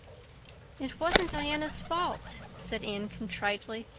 it wasn't diana's fault, said anne contritely.